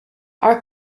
our